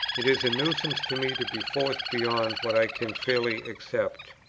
it is a nuisance to me to be forced beyond what i can fairly accept.